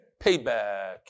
payback